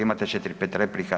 Imate 4-5 replika.